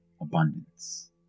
abundance